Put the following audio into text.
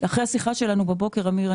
בדקתי את זה אחרי השיחה שלנו בבוקר, אמיר.